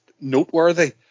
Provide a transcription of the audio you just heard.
noteworthy